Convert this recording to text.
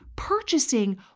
purchasing